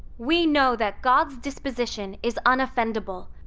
we know that god's disposition is unoffendable